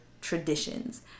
traditions